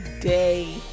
day